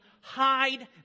hide